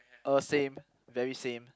uh same very same